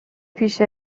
پیش